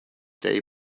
day